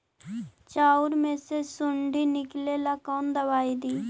चाउर में से सुंडी निकले ला कौन दवाई दी?